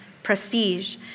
prestige